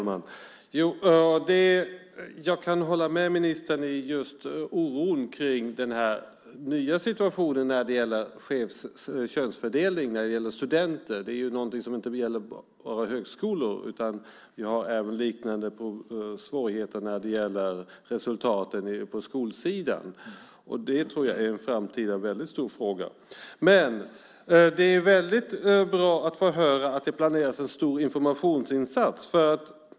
Fru talman! Jag kan hålla med ministern i oron om den nya situationen med skev könsfördelning när det gäller studenter. Det är någonting som inte bara gäller högskolor. Vi har liknande svårigheter även när det gäller resultaten i skolan. Det tror jag är en väldigt stor fråga i framtiden. Det är mycket bra att få höra att det planeras en stor informationsinsats.